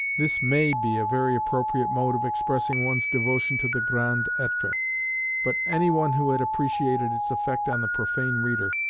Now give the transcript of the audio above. this may be a very appropriate mode of expressing one's devotion to the grand etre but any one who had appreciated its effect on the profane reader,